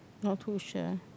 not too sure